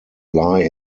lie